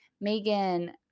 Megan